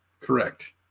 Correct